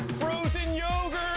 frozen yogurt!